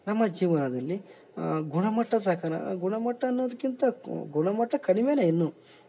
ನಮ್ಮ ಜೀವನದಲ್ಲಿ ಗುಣ ಮಟ್ಟ ಸಕರ ಗುಣ ಮಟ್ಟ ಅನ್ನೋದ್ಕಿಂತ ಗುಣ ಮಟ್ಟ ಕಡಿಮೆ ಇನ್ನು